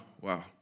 wow